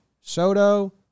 Soto